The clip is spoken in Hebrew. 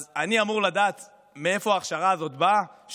אז אני אמור לדעת מאיפה באה ההכשרה הזאת שהארגון